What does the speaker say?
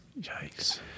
Yikes